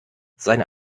seine